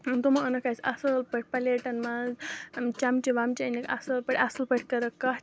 تِمو أنٕکھ اَسہِ اَصٕل پٲٹھۍ پَلیٹَن منٛز چَمچہِ وَمچہٕ أنِکھ اَصٕل پٲٹھۍ اَصٕل پٲٹھۍ کٔرٕکھ کَتھ تہِ